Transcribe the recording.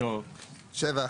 את